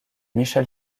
michel